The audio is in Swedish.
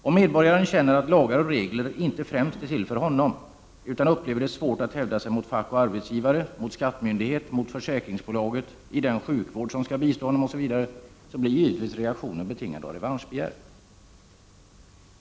Om medborgaren känner att lagar och regler inte främst är till för honom, utan upplever det som svårt att hävda sig mot fack och arbetsgivare, mot skattemyndigheten, mot försäkringsbolaget, i den sjukvård som skall bistå honom osv. , blir givetvis reaktionen betingad av revanschbegär.